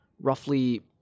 roughly